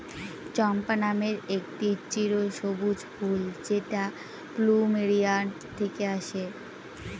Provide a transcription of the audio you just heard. চম্পা নামের একটি চিরসবুজ ফুল যেটা প্লুমেরিয়া থেকে আসে